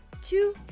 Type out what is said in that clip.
two